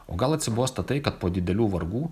o gal atsibosta tai kad po didelių vargų